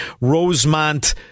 Rosemont